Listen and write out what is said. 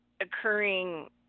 occurring